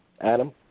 Adam